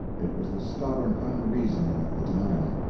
it was the stubborn unreasoning of the time.